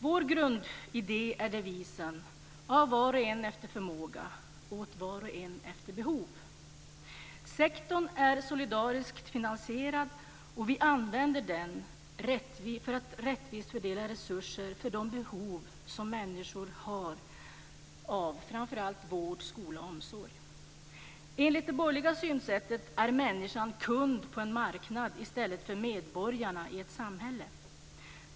Vår grundidé är devisen: Av var och en efter förmåga åt var och en efter behov. Sektorn är solidariskt finansierad och vi använder den för att rättvist fördela resurser för de behov som människor har framför allt av vård, skola och omsorg. Enligt det borgerliga synsättet är människan kund på en marknad i stället för medborgare i ett samhälle.